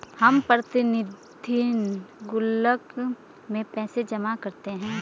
हम प्रतिदिन गुल्लक में पैसे जमा करते है